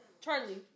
Charlie